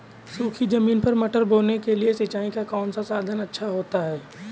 सूखी ज़मीन पर मटर बोने के लिए सिंचाई का कौन सा साधन अच्छा होता है?